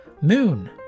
Moon